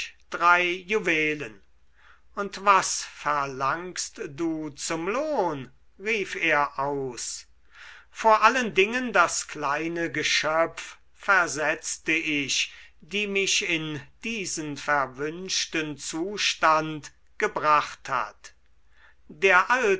drei juwelen und was verlangst du zum lohn rief er aus vor allen dingen das kleine geschöpf versetzte ich die mich in diesen verwünschten zustand gebracht hat der